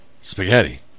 spaghetti